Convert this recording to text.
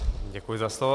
Děkuji za slovo.